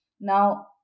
Now